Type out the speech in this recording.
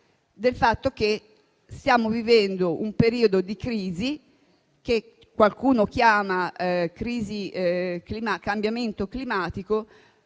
del fatto che stiamo vivendo un periodo di crisi, che qualcuno chiama cambiamento climatico,